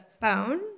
phone